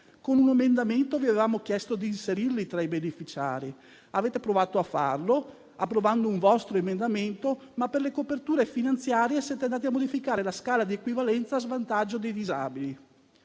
Con un emendamento avevamo chiesto di inserirli tra i beneficiari. Avete provato a farlo, approvando un vostro emendamento, ma per le coperture finanziarie siete andati a modificare la scala di equivalenza a svantaggio dei disabili.